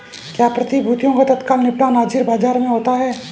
क्या प्रतिभूतियों का तत्काल निपटान हाज़िर बाजार में होता है?